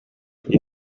дии